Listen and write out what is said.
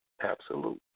absolute